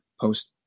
post-